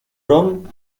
ron